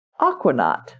aquanaut